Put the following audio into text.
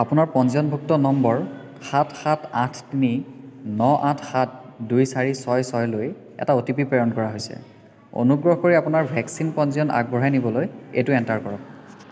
আপোনাৰ পঞ্জীয়নভুক্ত নম্বৰ সাত সাত আঠ তিনি ন আঠ সাত দুই চাৰি ছয় ছয়লৈ এটা অ'টিপি প্ৰেৰণ কৰা হৈছে অনুগ্ৰহ কৰি আপোনাৰ ভেকচিন পঞ্জীয়ন আগবঢ়াই নিবলৈ এইটো এণ্টাৰ কৰক